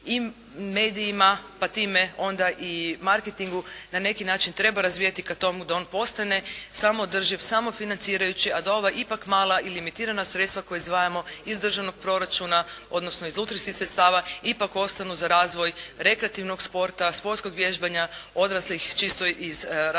i medijima, pa time onda i marketingu na neki način treba razvijati k tomu da on postane samoodrživ, samofinancirajući a da ova ipak mala i limitirana sredstva koja izdvajamo iz državnog proračuna odnosno iz …/Govornik se ne razumije./… ipak ostanu za razvij rekreativnog sporta, sportskog vježbanja, odraslih, čisto iz razlike